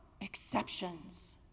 exceptions